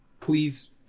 Please